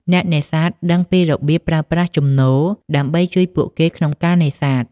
អ្នកនេសាទដឹងពីរបៀបប្រើប្រាស់ជំនោរ ដើម្បីជួយពួកគេក្នុងការនេសាទ។